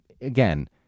Again